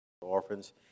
orphans